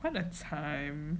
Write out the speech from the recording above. well it's time